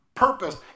purpose